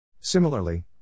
Similarly